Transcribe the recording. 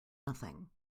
nothing